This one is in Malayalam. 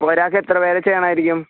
ഒരാൾക്ക് എത്ര പേരെ ചെയ്യണമായിരിക്കും